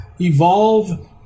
Evolve